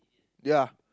ya